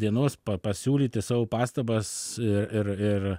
dienos pa pasiūlyti savo pastabas ir ir ir